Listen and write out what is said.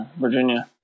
Virginia